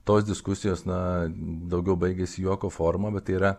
tos diskusijos na daugiau baigėsi juoko forma bet tai yra